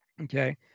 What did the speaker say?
okay